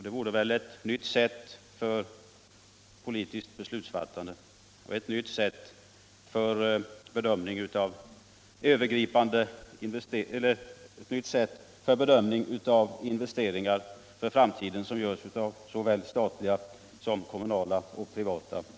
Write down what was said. Det är ett nytt sätt för politiskt beslutsfattande och politisk bedömning av investeringar, som gjorts av statliga, kommunala och privata företag.